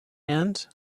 end